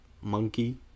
Monkey